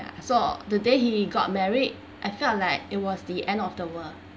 so the day he got married I felt like it was the end of the world